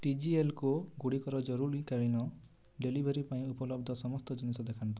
ଟିଜିଏଲ୍କୋ ଗୁଡ଼ିକର ଜରୁରୀକାଳୀନ ଡେଲିଭରି ପାଇଁ ଉପଲବ୍ଧ ସମସ୍ତ ଜିନିଷ ଦେଖାନ୍ତୁ